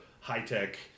high-tech